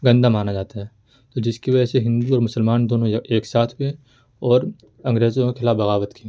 گندا مانا جاتا ہے تو جس کی وجہ سے ہندو اور مسلمان دونوں ایک ساتھ ہوئے اور انگریزوں کے خلاف بغاوت کی